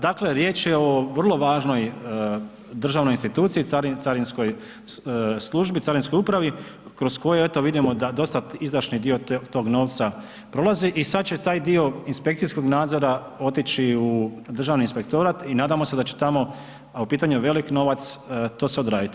Dakle, riječ je o vrlo važnoj državnoj instituciji, carinskoj službi, carinskoj upravi, kroz koji eto vidimo, da dosta izdašni dio tog novca prolazi i sada će taj dio inspekcijskog nadzora otići u Državni inspektorat i nadamo se da će tamo u pitanju je velik novac, to sve odraditi.